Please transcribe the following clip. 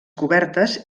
cobertes